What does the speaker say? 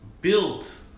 built